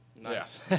Nice